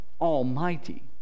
almighty